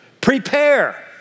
Prepare